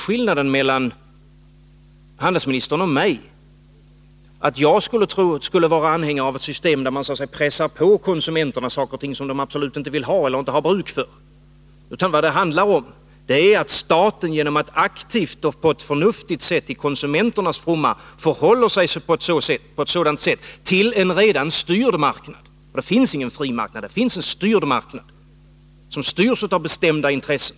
Skillnaden mellan handelsministern och mig är ju inte att jag skulle vara anhängare av ett system där man prackar på konsumenterna saker och ting som de absolut inte vill ha eller inte har bruk för. Vad det handlar om är att staten till konsumenternas fromma förhåller sig aktiv och på ett förnuftigt sätt till en redan styrd marknad. Det finns ingen fri marknad utan en styrd marknad, som styrs av bestämda intressen.